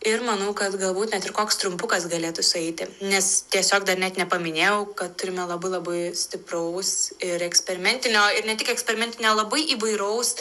ir manau kad galbūt net ir koks trumpukas galėtų sueiti nes tiesiog dar net nepaminėjau kad turime labai labai stipraus ir eksperimentinio ir ne tik eksperimentinio labai įvairaus